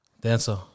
Dancer